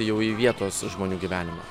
jau į vietos žmonių gyvenimą